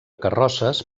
carrosses